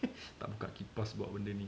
tak buka kipas buat benda ni